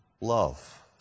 love